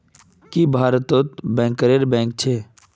की भारतत तो बैंकरेर बैंक छेक